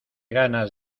ganas